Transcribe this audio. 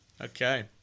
Okay